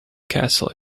castle